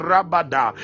Rabada